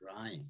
right